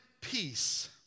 peace